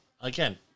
Again